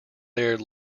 there